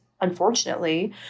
unfortunately